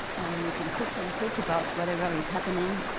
and we can cook and talk about whatever is happening.